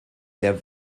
der